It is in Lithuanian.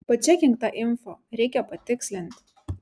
pračekink tą info reikia patikslint